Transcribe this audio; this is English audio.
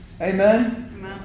Amen